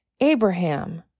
Abraham